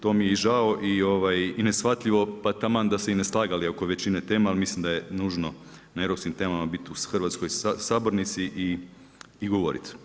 To mi je i žao i neshvatljivo pa taman da se i ne slagali oko većine tema, ali mislim da je nužno na europskim temama bit u hrvatskoj sabornici i govoriti.